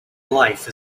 life